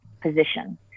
position